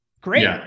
Great